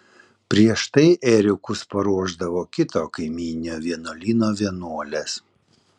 prieš tai ėriukus paruošdavo kito kaimyninio vienuolyno vienuolės